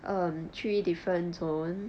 um three different zones